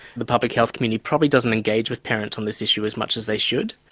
the public health community probably doesn't engage with parents on this issue as much as they should.